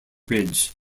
ridge